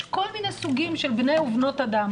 יש כל מיני סוגים של בני ובנות אדם.